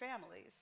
families